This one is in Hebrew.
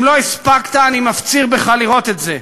אם לא הספקת, אני מפציר בך לראות את זה.